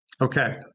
Okay